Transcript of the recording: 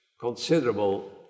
considerable